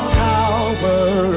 power